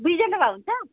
दुईजना भए हुन्छ